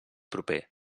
proper